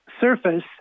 surface